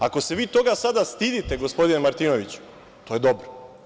Ako se vi toga sada stidite gospodine Martinoviću, to je dobro.